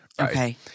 Okay